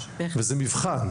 וזה מבחן,